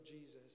Jesus